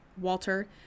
Walter